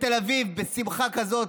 בתל אביב בשמחה כזאת,